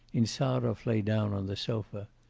insarov lay down on the sofa.